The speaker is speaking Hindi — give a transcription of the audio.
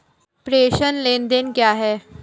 प्रेषण लेनदेन क्या है?